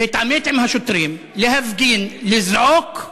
להתעמת עם השוטרים, להפגין, לזעוק,